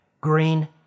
green